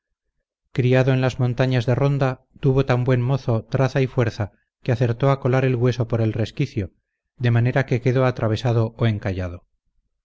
criado en las montañas de ronda tuvo tan buen modo traza y fuerza que acertó a colar el hueso por el resquicio de manera que quedó atravesado o encallado